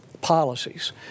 policies